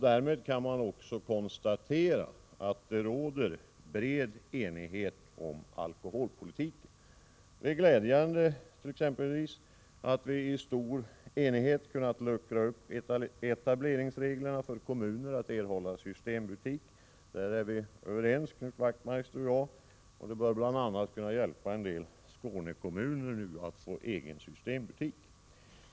Därmed kan också konstateras att det råder bred enighet om alkoholpolitiken. Det är exempelvis glädjande att vi i stor enighet har kunnat luckra upp etableringsreglerna för att kommuner skall kunna erhålla systembutik. Där är vi överens, Knut Wachtmeister och jag. Detta bör bl.a. kunna hjälpa en del Skånekommuner att få egen systembutik.